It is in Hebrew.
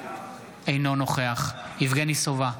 אינו נוכח יבגני סובה,